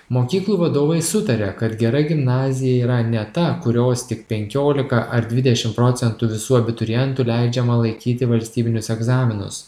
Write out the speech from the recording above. mokyklų vadovai sutaria kad gera gimnazija yra ne ta kurios tik penkiolika ar dvidešimt procentų visų abiturientų leidžiama laikyti valstybinius egzaminus